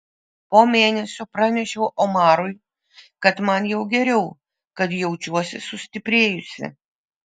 po mėnesio pranešiau omarui kad man jau geriau kad jaučiuosi sustiprėjusi